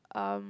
um